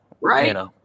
right